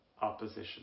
opposition